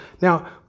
Now